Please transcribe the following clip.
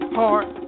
heart